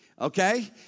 okay